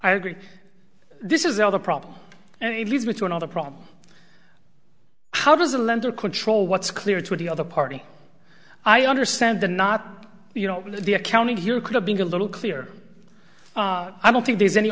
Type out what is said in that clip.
i agree this is the other problem it leads me to another problem how does a lender control what's clear to the other party i understand the not you know the accounting here could have been a little clear i don't think there's any